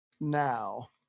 Now